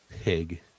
pig